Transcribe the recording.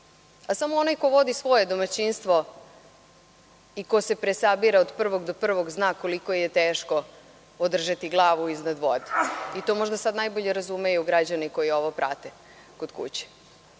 a samo onaj ko vodi svoje domaćinstvo i ko se presabira od prvog do prvog zna koliko je teško održati glavu iznad vode. I to možda sada najbolje razumeju građani koji ovo prate kod kuće.